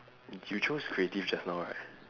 you chose creative just now right